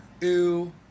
Ew